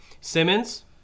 Simmons